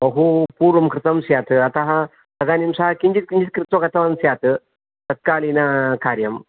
बहु पूर्वं कृतं स्यात् अतः तदानीं सः किञ्चित् किञ्चित् कृत्वा गतवान् स्यात् तत्कालीनकार्यं